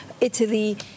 Italy